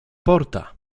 porta